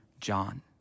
John